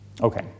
Okay